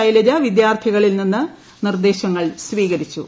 ശൈലജ വിദ്യാർഥികളിൽ നിന്ന് നിർദ്ദേശങ്ങൾ സ്വീകരിച്ചു